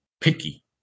picky